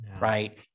right